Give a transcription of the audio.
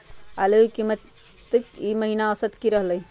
आलू के कीमत ई महिना औसत की रहलई ह?